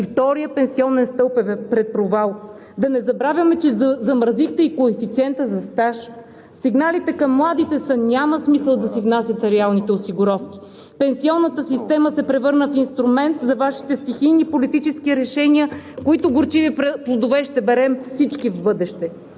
– вторият пенсионен стълб е пред провал. Да не забравяме, че замразихте и коефициента за стаж, а сигналите към младите са: няма смисъл да внасяте реалните осигуровки. Пенсионната система се превърна в инструмент за Вашите стихийни политически решения, чиито горчиви плодове ще берем всички в бъдеще.